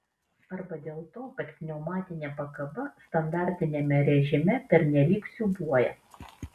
arba dėl to kad pneumatinė pakaba standartiniame režime pernelyg siūbuoja